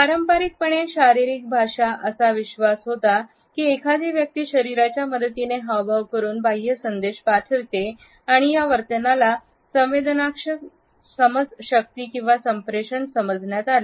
पारंपारिकपणे शारीरिक भाषा असा विश्वास होता की एखादी व्यक्ती शरीराच्या मदतीने हावभाव करून बाह्य संदेश पाठवते आणि या वर्तनाला संवेदनाक्षम समज शक्ती आणि संप्रेषण समजण्यात आले